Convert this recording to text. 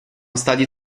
stati